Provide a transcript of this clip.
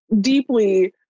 deeply